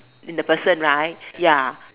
the person right ya